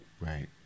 Right